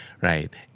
right